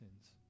sins